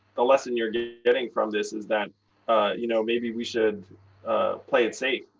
the lesson you're getting getting from this is that you know maybe we should play it safe.